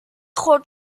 خرد